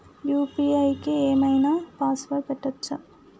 UPI కి ఏం ఐనా పాస్వర్డ్ పెట్టుకోవచ్చా?